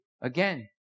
Again